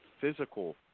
physical